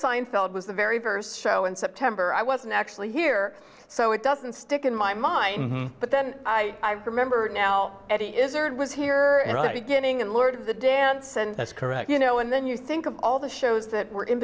seinfeld was the very first show in september i wasn't actually here so it doesn't stick in my mind but then i remember now eddie izzard was here at the beginning and lord of the dance and that's correct you know and then you think of all the shows that were in